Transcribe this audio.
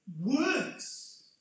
works